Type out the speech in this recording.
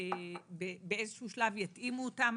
שבאיזה שלב יתאימו אותם,